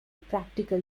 practical